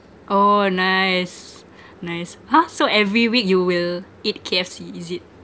oh nice nice !huh! so every week you will eat K_F_C is it